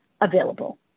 available